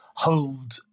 hold